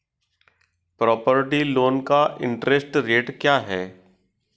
Property loan का interest rate क्या है?